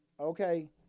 Okay